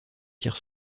tire